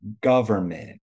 government